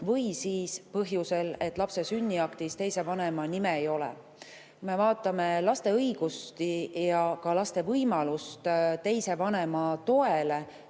või põhjusel, et lapse sünniaktis teise vanema nime ei ole. Kui me vaatame laste õigusi ja ka laste võimalust teise vanema toele,